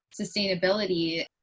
sustainability